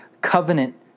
covenant